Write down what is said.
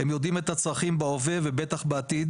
הם יודעים את הצרכים בהווה ובטח בעתיד